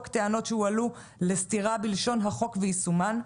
טענות שהועלו לסתירה בלשון החוק ויישומן.